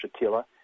Shatila